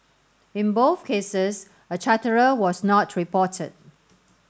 in both cases a charterer was not reported